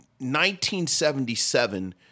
1977